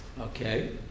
Okay